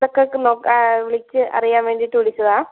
ഇതൊക്കെ വിളിച്ച് അറിയാൻ വേണ്ടിയിട്ട് വിളിച്ചതാണ്